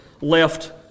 left